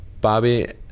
Bobby